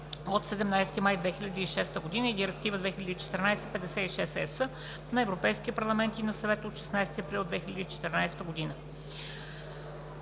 от 17 май 2006 г., и Директива 2014/56/ЕС на Европейския парламент и на Съвета от 16 април 2014 г.